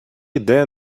іде